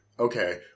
Okay